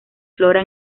flora